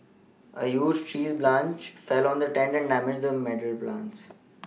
a huge tree branch fell on the tent and damaged the metal plants